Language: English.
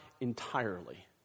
entirely